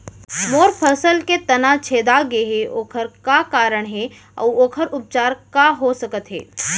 मोर फसल के तना छेदा गेहे ओखर का कारण हे अऊ ओखर उपचार का हो सकत हे?